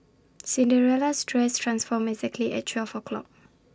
Cinderella's dress transformed exactly at twelve o'clock